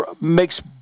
makes